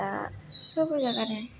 ତା ସବୁ ଜାଗାରେ